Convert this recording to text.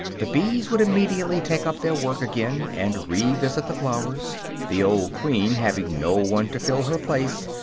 the bees would immediately take up their work again and revisit the flowers the old queen, having no one to fill her place,